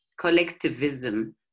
collectivism